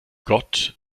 gott